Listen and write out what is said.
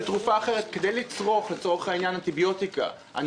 כדי לצרוך אנטיביוטיקה או כל תרופה אחרת אני